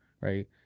right